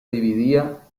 dividía